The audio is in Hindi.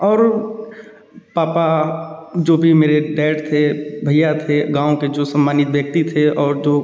और पापा जो भी मेरे डैड थे भैया थे गाँव के जो सम्मानित व्यक्ति थे और जो